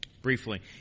Briefly